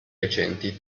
recenti